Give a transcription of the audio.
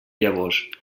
llavors